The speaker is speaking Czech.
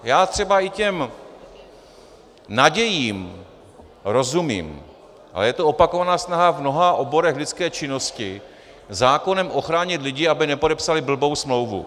Já třeba i těm nadějím rozumím, ale je to opakovaná snaha v mnoha oborech lidské činnosti zákonem ochránit lidi, aby nepodepsali blbou smlouvu.